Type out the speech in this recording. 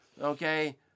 Okay